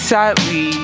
Sadly